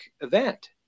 event